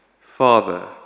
Father